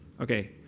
Okay